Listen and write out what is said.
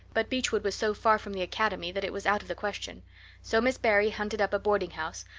but beechwood was so far from the academy that it was out of the question so miss barry hunted up a boarding-house,